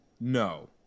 no